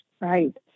Right